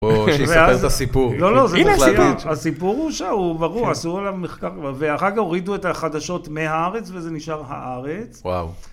או שיש לך איזה סיפור. לא, לא, הסיפור הוא שם, הוא ברור, עשו עליו מחקר, ואחר כך הורידו את החדשות מהארץ וזה נשאר הארץ. וואו.